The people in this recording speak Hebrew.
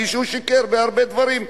כפי שהוא שיקר בהרבה דברים,